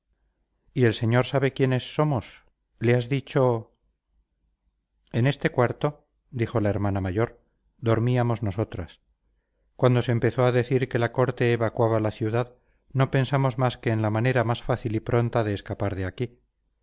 y el señor sabe quiénes somos le has dicho en este cuarto dijo la hermana mayor dormíamos nosotras cuando se empezó a decir que la corte evacuaba la ciudad no pensamos más que en la manera más fácil y pronta de escapar de aquí